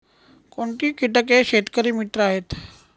कोणती किटके शेतकरी मित्र आहेत?